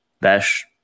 Besh